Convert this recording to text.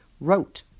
wrote